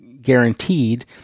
guaranteed